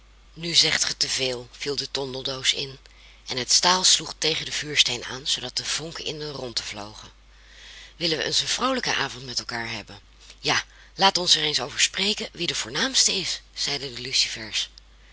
nu zegt ge te veel viel de tondeldoos in en het staal sloeg tegen den vuursteen aan zoodat de vonken in de rondte vlogen willen we eens een vroolijken avond met elkaar hebben ja laat ons er eens over spreken wie de voornaamste is zeiden de